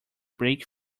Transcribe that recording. brake